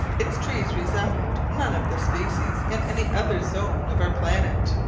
its trees resembled none of the species in any other zone of our planet.